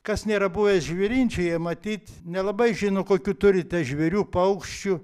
kas nėra buvęs žvėrinčiuje matyt nelabai žino kokių turite žvėrių paukščių